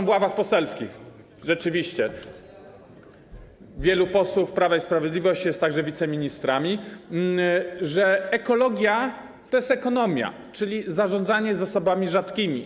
są w ławach poselskich, rzeczywiście wielu posłów Prawa i Sprawiedliwości jest także wiceministrami - że ekologia to jest ekonomia, czyli zarządzanie zasobami rzadkimi.